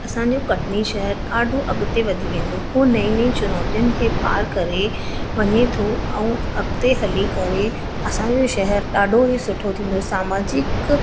असांजो कटनी शहर ॾाढो अॻिते वधी वेंदो हू नई नई चुनौतियुनि खे पार करे वञे थो ऐं अॻिते हली करे असांजे शहर ॾाढो ई सुठो थींदो सामाजिक